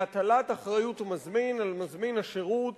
להטלת אחריות המזמין, על מזמין השירות,